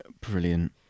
brilliant